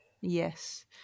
Yes